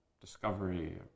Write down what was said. discovery